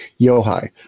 yohai